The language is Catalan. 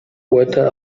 poeta